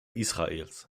israels